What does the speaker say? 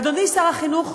אדוני שר החינוך,